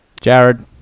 Jared